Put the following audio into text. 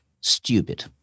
stupid